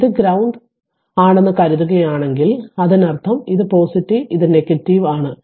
ഇത് ഗ്രൌണ്ടഡ് ആണെന്നു കരുതുകയാണെങ്കിൽ അതിനർത്ഥം ഇത് ആണ് ഇതും ആണ്